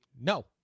No